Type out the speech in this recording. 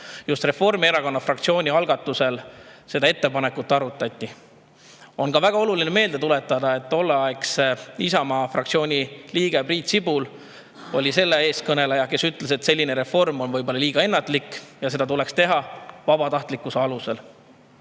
just Reformierakonna fraktsiooni algatusel seda ettepanekut. On ka väga oluline meelde tuletada, et Isamaa fraktsiooni liige Priit Sibul oli selle [mõtte] eestkõneleja, kes ütles, et selline reform on võib-olla liiga ennatlik ja seda tuleks teha vabatahtlikkuse alusel.